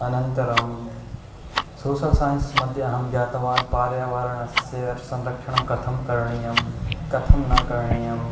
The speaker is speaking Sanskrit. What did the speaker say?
अनन्तरं सोसल् सैन्स्मध्ये अहं ज्ञातवान् पर्यावरणस्य संरक्षणं कथं करणीयं कथं न करणीयम्